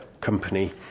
company